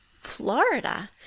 florida